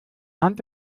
hand